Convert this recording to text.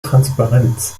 transparenz